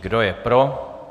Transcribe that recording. Kdo je pro?